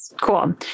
Cool